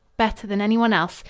better than anyone else.